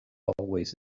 always